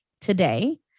today